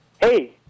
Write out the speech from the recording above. Hey